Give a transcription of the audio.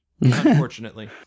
unfortunately